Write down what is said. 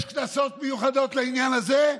יש קנסות מיוחדים לעניין הזה?